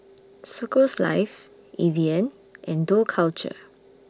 Circles Life Evian and Dough Culture